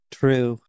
true